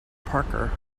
parker